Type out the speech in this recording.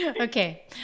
Okay